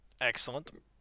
Excellent